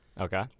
Okay